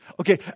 Okay